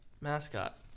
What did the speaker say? mascot